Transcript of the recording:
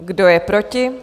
Kdo je proti?